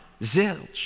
zilch